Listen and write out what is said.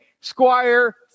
squire